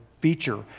feature